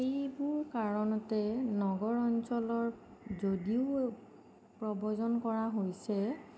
সেইবোৰ কাৰণতে নগৰ অঞ্চলৰ যদিও প্ৰব্ৰজন কৰা হৈছে